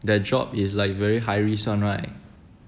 their job is like very high risk [one] right